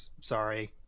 Sorry